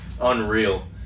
unreal